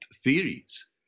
theories